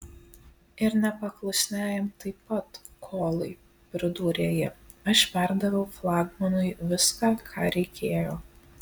ir nepaklusniajam taip pat kolai pridūrė ji aš perdaviau flagmanui viską ką reikėjo